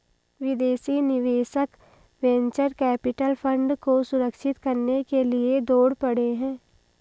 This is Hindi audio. विदेशी निवेशक वेंचर कैपिटल फंड को सुरक्षित करने के लिए दौड़ पड़े हैं